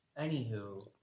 Anywho